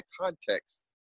context